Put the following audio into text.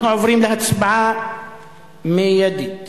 אנחנו עוברים להצבעה מיידית